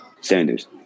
sanders